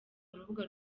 urubuga